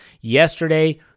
yesterday